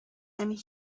and